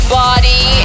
body